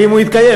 האם הוא יתקיים?